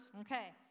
Okay